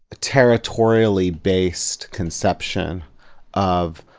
a territorially-based conception of,